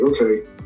okay